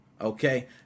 okay